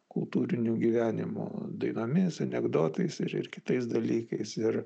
kultūriniu gyvenimu dainomis anekdotais ir ir kitais dalykais ir